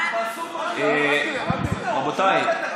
רבותיי,